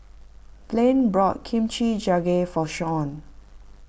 Blaine brought Kimchi Jjigae for Shaun